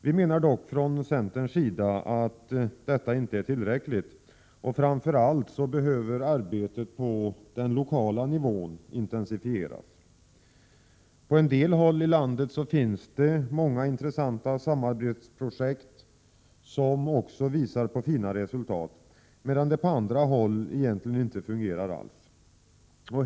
Vi menar dock från centerns sida att detta inte är tillräckligt. Framför allt behöver samarbetet på den lokala nivån intensifieras. På en del håll i landet finns det många intressanta samarbetsprojekt, som också visar fina resultat, medan det på andra håll egentligen inte fungerar alls.